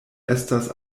estas